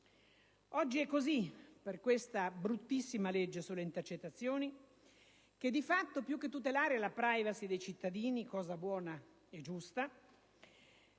Oggi è così per questa bruttissima legge sulle intercettazioni, che di fatto, più che tutelare la *privacy* dei cittadini - cosa buona e giusta